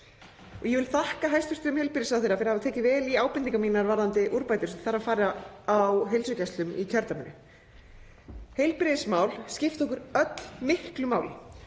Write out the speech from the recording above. Ég vil þakka hæstv. heilbrigðisráðherra fyrir hafa tekið vel í ábendingar mínar varðandi úrbætur sem þarf að fara í á heilsugæslum í kjördæminu. Heilbrigðismál skipta okkur öll miklu máli